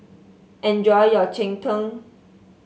enjoy your Cheng Tng